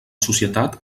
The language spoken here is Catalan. societat